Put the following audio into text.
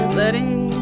letting